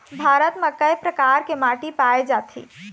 भारत म कय प्रकार के माटी पाए जाथे?